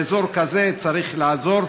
לאזור כזה צריך לעזור.